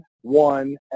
one